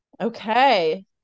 Okay